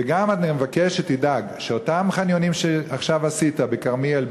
וגם אני מבקש שתדאג שמאותם חניונים שעכשיו עשית בכרמיאל,